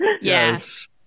Yes